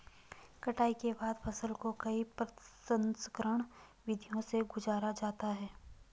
कटाई के बाद फसल को कई प्रसंस्करण विधियों से गुजारा जाता है